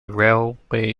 railway